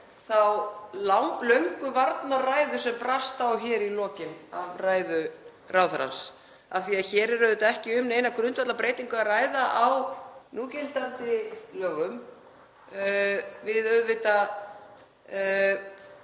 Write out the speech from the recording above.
þá löngu varnarræðu sem brast á með í lokin á ræðu ráðherrans af því að hér er auðvitað ekki um neina grundvallarbreytingu að ræða á núgildandi lögum. Við